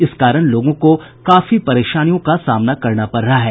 इस कारण लोगों को काफी परेशानियों का सामना करना पड़ रहा है